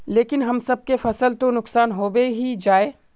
लेकिन हम सब के फ़सल तो नुकसान होबे ही जाय?